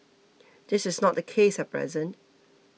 this is not the case at present